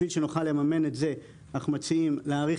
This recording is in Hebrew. בשביל שנוכל לממן את זה אנחנו מציעים להאריך